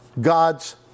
God's